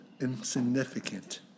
insignificant